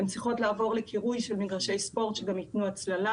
הן צריכות לעבור לקירוי של מגרשי ספורט שגם ייתנו הצללה